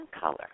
color